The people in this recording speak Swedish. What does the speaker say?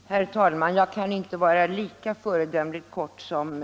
Nr 56 Herr talman! Jag kan inte vara lika föredömligt kortfattad som